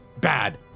bad